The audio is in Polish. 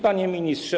Panie Ministrze!